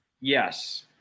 yes